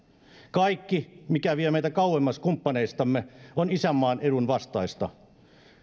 kaikki mikä vie meitä kauemmas kumppaneistamme on isänmaan edun vastaista